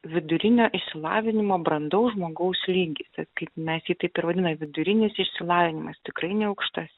vidurinio išsilavinimo brandaus žmogaus lygis vat kaip mes jį taip ir vadina vidurinis išsilavinimas tikrai ne aukštas